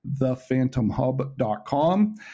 thephantomhub.com